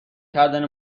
کردن